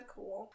Cool